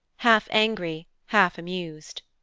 half angry, half amused.